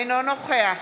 אינו נוכח